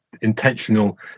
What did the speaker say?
intentional